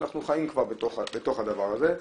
אנחנו חיים בתוך הדבר הזה,